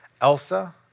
Elsa